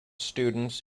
students